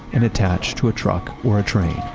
and attach to a truck or a train?